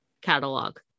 catalog